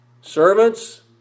Servants